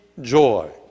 joy